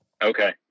Okay